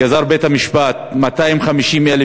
מג'די, גזר בית-המשפט 250,000